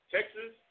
Texas